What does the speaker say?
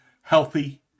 healthy